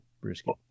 brisket